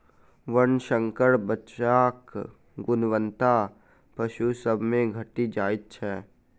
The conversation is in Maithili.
वर्णशंकर बच्चाक गुणवत्ता पशु सभ मे घटि जाइत छै